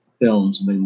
films